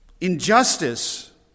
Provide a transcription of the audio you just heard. injustice